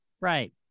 right